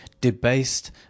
debased